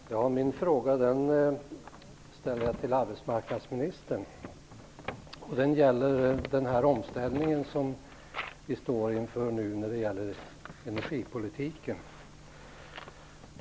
Herr talman! Min fråga ställer jag till arbetsmarknadsministern. Den gäller den omställning som vi står inför när det gäller energipolitiken.